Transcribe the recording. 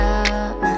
up